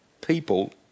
people